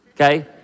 okay